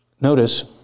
Notice